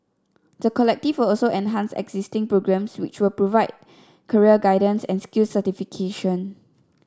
the collective will also enhance existing programmes which provide career guidance and skills certification